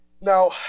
Now